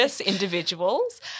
individuals